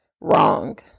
Wrong